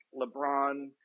LeBron